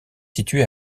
situé